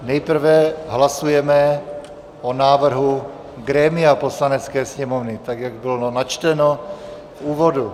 Nejprve hlasujeme o návrhu grémia Poslanecké sněmovny, tak jak bylo načteno v úvodu.